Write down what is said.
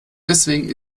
deswegen